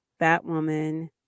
Batwoman